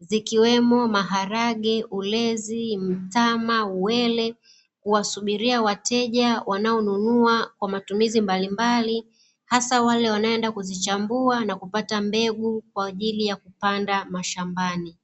zikiwemo maharage, ulezi, mtama, uwele. Huwasubiria wateja wanaonunua kwa matumizi mbalimbali hasa wale wanaoenda kuzichambua na kupata mbegu kwa ajili ya kupanda mashambani.